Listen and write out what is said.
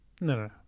No